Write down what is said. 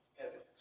evidence